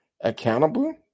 accountable